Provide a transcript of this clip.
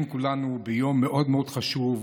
מאוד מאוד חשוב,